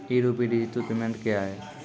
ई rupee digital payment क्या हैं?